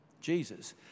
Jesus